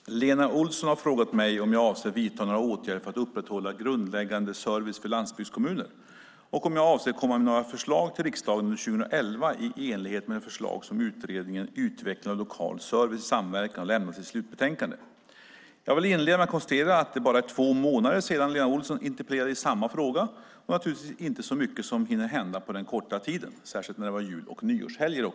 Fru talman! Lena Olsson har frågat mig om jag avser att vidta några åtgärder för att upprätthålla grundläggande service för landsbygdskommuner och om jag avser att komma med något förslag till riksdagen under 2011 i enlighet med de förslag som utredningen Utveckling av lokal service i samverkan har lämnat i sitt slutbetänkande. Jag vill inleda med att konstatera att det bara är två månader sedan Lena Olsson interpellerade i samma fråga, och det är naturligtvis inte så mycket som hinner hända på den korta tiden, särskilt när det också varit jul och nyårshelger.